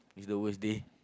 is the worse day